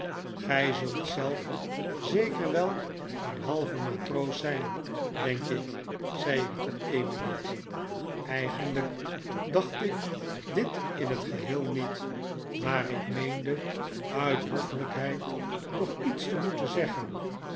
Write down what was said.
gij zult zelf zeker wel een halve matroos zijn denk ik zei ik tot emily eigenlijk dacht ik dit in het geheel niet maar ik meende uit hoffelijkheid toch iets te moeten zeggen